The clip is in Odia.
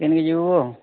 କେମ୍ତି ଯିବୁଁ